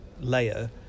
layer